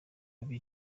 mugore